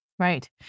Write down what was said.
Right